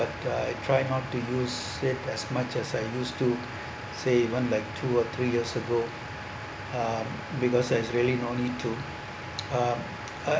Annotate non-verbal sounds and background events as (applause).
but I try not to use it as much as I used to say it one by two or three years ago uh because there is really no need to (noise) uh uh